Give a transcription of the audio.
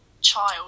child